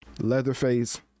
Leatherface